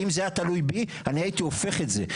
אם זה היה תלוי בי אני הייתי הופך את זה,